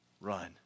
Run